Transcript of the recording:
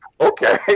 Okay